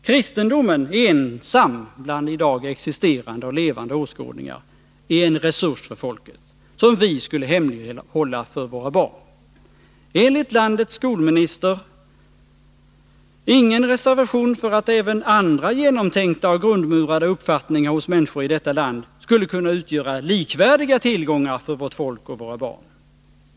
Kristendomen ensam bland i dag existerande och levande åskådningar är en resurs för folket, som ”vi” skulle hemlighålla för våra barn, enligt landets skolminister — ingen reservation för att även andra genomtänkta och grundmurade uppfattningar hos människor i detta land skulle kunna utgöra likvärdiga tillgångar för vårt folk och våra barn.